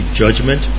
judgment